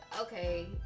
okay